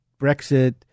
Brexit